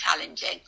challenging